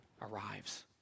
arrives